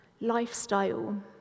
lifestyle